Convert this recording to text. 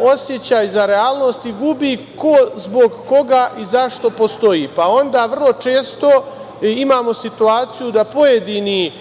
osećaj za realnost i gubi ko zbog koga i zašto postoji, pa onda vrlo često imamo situaciju da pojedini